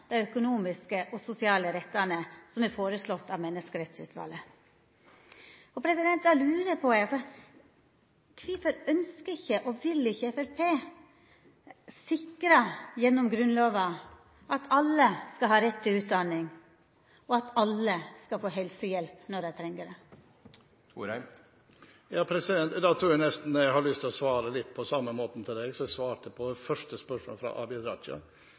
dei skal stemma imot alle dei økonomiske og sosiale rettane som er føreslått av Menneskerettsutvalet. Da lurar eg på: Kvifor ønskjer og vil ikkje Framstegspartiet sikra gjennom Grunnlova at alle skal ha rett til utdanning, og at alle skal få helsehjelp når dei treng det? Da tror jeg nesten jeg har lyst til å svare representanten på samme måte som jeg svarte til det første spørsmålet